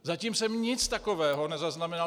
Zatím jsem nic takového nezaznamenal.